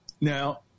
Now